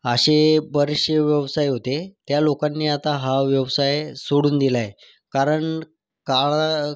असे बरेचसे व्यवसाय होते त्या लोकांनी आता हा व्यवसाय सोडून दिला आहे कारण काळा